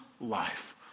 life